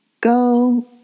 Go